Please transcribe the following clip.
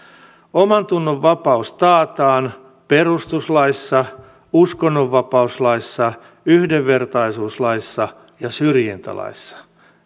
omantunnonvapaus taataan perustuslaissa uskonnonvapauslaissa yhdenvertaisuuslaissa ja syrjintälaissa